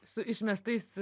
su išmestais